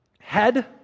Head